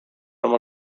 oma